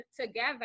together